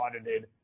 audited